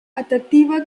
atractiva